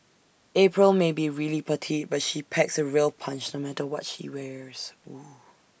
April may be really petite but she packs A real punch no matter what she wears